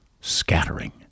scattering